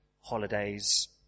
holidays